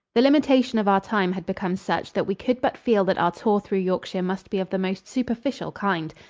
the limitation of our time had become such that we could but feel that our tour through yorkshire must be of the most superficial kind.